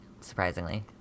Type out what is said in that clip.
surprisingly